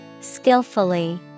Skillfully